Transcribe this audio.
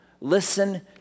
Listen